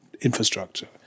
infrastructure